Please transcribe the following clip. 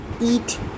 eat